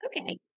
Okay